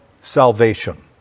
salvation